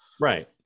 right